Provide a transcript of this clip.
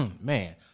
man